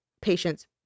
patients